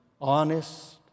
honest